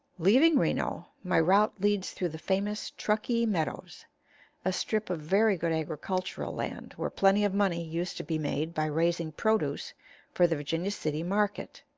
leaving reno, my route leads through the famous truckee meadows a strip of very good agricultural land, where plenty of money used to be made by raising produce for the virginia city market.